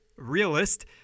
Realist